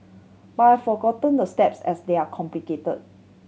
but I forgotten the steps as they are complicated